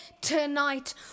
tonight